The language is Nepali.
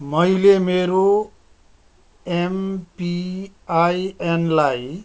मैले मेरो एमपिआइएनलाई